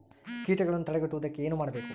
ಕೇಟಗಳನ್ನು ತಡೆಗಟ್ಟುವುದಕ್ಕೆ ಏನು ಮಾಡಬೇಕು?